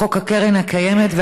חוק הקרן הקיימת.